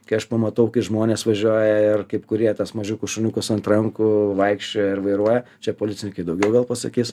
kai aš pamatau kai žmonės važiuoja ir kaip kurie tuos mažiukus šuniukus ant rankų vaikščioja ir vairuoja čia policininkai daugiau gal pasakys